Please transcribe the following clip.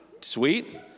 Sweet